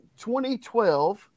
2012